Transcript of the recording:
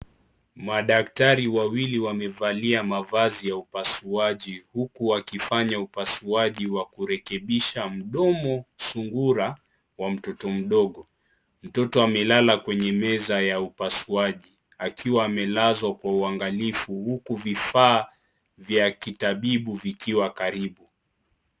Madaktari wawili wamevalia mavazi ya upasuaji huku wakifanya upasuaji wa kurekebisha mdomo sungura wa mtoto mdogo. Mtoto amelala kwenye meza ya upasuaji, akiwa amelazwa kwa uangalifu huku vifaa vya kitabibu vikiwa karibu.